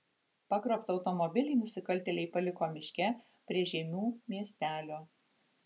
pagrobtą automobilį nusikaltėliai paliko miške prie žeimių miestelio